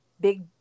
big